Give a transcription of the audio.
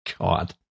God